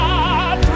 God